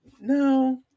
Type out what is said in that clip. no